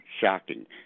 shocking